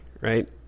right